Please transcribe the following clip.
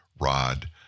rod